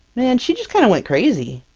man, she just kind of went crazy,